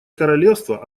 королевство